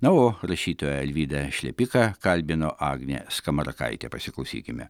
na o rašytoją alvydą šlepiką kalbino agnė skamarakaitė pasiklausykime